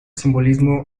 simbolismo